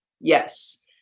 Yes